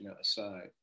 aside